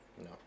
no